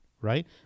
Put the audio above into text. right